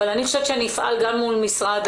אבל אני חושבת שאני אפעל גם מול משרד